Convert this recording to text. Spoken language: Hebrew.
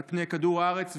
על פני כדור הארץ ובישראל.